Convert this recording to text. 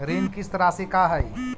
ऋण किस्त रासि का हई?